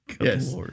Yes